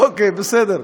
אוקיי, בסדר.